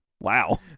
Wow